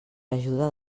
ajuda